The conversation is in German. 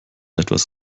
etwas